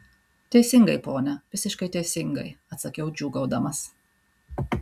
teisingai pone visiškai teisingai atsakiau džiūgaudamas